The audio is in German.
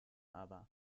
aber